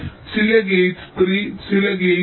ചില ഗേറ്റ് 3 ചില ഗേറ്റ് 2